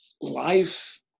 life